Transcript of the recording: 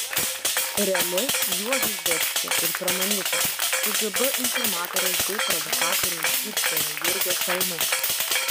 reali juozo zdebskio ir pramanyta kgb informatoriaus bei provokatoriaus gydytojo jurgio šalnos